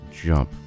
jump